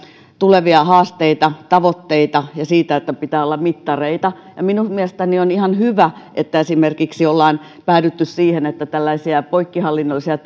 tulevia haasteita tavoitteita ja sitä että pitää olla mittareita minun mielestäni on ihan hyvä että ollaan päädytty esimerkiksi siihen että tällaisia poikkihallinnollisia